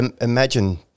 imagine